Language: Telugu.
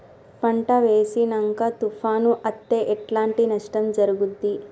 పంట వేసినంక తుఫాను అత్తే ఎట్లాంటి నష్టం జరుగుద్ది?